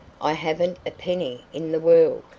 i haven't a penny in the world.